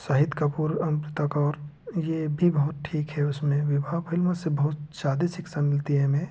शाहिद कपूर अमृता कौर यह भी बहुत ठीक है उसमें विवाह फ़िल्मों से बहुत ज़्यादा शिक्षा मिलती है हमें